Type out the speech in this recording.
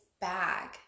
bag